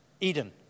Eden